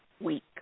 week